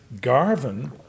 Garvin